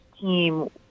team